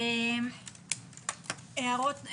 עוד הערות?